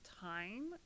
time